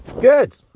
Good